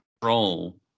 control